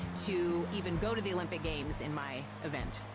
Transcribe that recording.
to even go to the olympic games in my event.